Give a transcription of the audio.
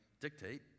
dictate